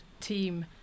team